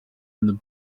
and